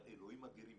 אבל אלוהים אדירים,